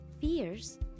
fears